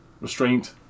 Restraint